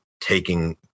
taking